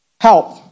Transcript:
help